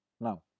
Now